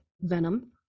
venom